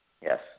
Yes